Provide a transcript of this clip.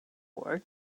war